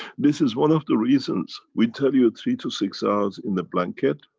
this is one of the reasons, we tell you three to six hours in the blanket,